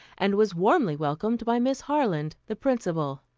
and was warmly welcomed by miss harland, the principal.